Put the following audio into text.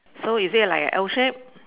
so is it like a L shape